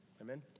amen